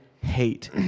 hate